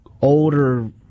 older